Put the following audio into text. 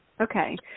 okay